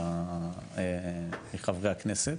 מחברי הכנסת.